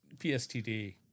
PSTD